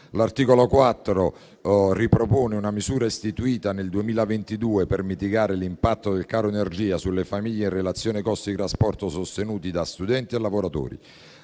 L'articolo 4 ripropone una misura istituita nel 2022 per mitigare l'impatto del caro energia sulle famiglie in relazione ai costi di trasporto sostenuti da studenti e lavoratori.